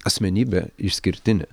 asmenybė išskirtinė